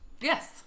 Yes